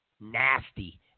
Nasty